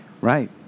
Right